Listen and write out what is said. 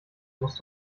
musst